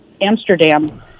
Amsterdam